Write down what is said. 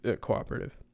cooperative